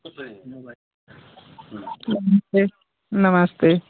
नमस्ते नमास्ते